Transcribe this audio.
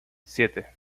siete